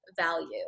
value